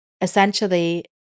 essentially